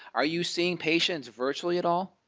are you seeing patients virtually at all?